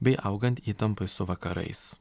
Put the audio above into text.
bei augant įtampai su vakarais